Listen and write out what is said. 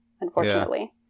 unfortunately